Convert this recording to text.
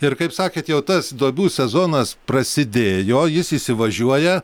ir kaip sakėt jau tas duobių sezonas prasidėjo jis įsivažiuoja